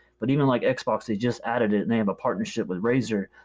but even like xbox, they just added it and they have a partnership with razer,